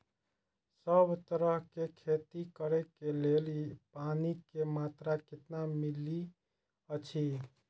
सब तरहक के खेती करे के लेल पानी के मात्रा कितना मिली अछि?